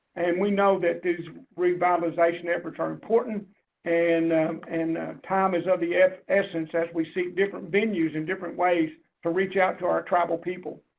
and we know that these revitalization efforts are important and and time is of the essence. as we see different venues in different ways to reach out to our tribal people.